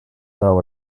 throw